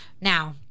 Now